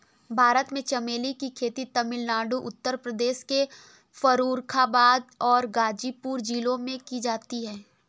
भारत में चमेली की खेती तमिलनाडु उत्तर प्रदेश के फर्रुखाबाद और गाजीपुर जिलों में की जाती है